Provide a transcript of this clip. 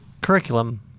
curriculum